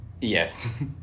yes